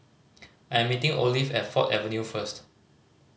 I'm meeting Olive at Ford Avenue first